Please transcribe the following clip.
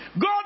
God